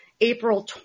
April